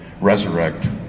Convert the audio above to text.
resurrect